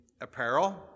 apparel